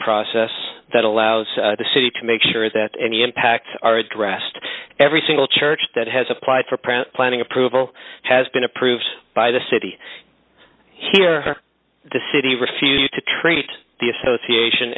process that allows the city to make sure that any impacts are addressed every single church that has applied for present planning approval has been approved by the city here the city refused to treat the association